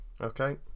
Okay